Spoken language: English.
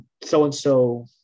so-and-so